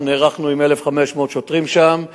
אנחנו נערכנו עם 1,500 שוטרים שם,